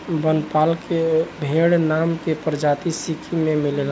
बनपाला भेड़ नाम के प्रजाति सिक्किम में मिलेले